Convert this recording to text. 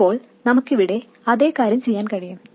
ഇപ്പോൾ നമുക്കിവിടെ അതേ കാര്യം ചെയ്യാൻ കഴിയും